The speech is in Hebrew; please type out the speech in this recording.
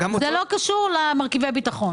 זה לא קשור למרכיבי ביטחון.